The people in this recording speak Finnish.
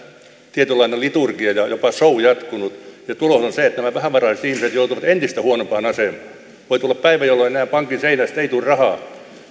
tietynlainen liturgia ja jopa show jatkunut ja tulos on se että nämä vähävaraiset ihmiset joutuvat entistä huonompaan asemaan voi tulla päiviä jolloin pankin seinästä ei enää tule rahaa